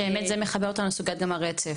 שזה גם מחבר אותנו אל סוגיית הרצף.